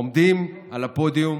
עומדים על הפודיום